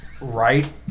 right